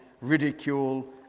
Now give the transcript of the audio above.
ridicule